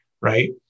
right